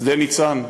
שדה-ניצן.